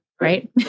right